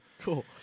Cool